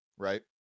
Right